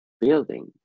building